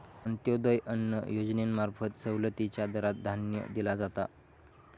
अंत्योदय अन्न योजनेंमार्फत सवलतीच्या दरात धान्य दिला जाता